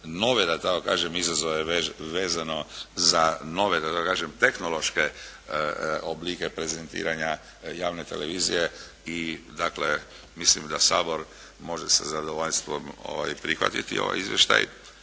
nove da tako kaže izazove vezano za nove da tako kažem tehnološke oblike prezentiranja javne televizije. I dakle mislim da Sabor može sa zadovoljstvo prihvatiti ovaj izvještaj